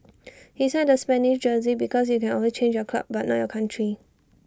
he signed the Spanish jersey because you can always change your club but not your country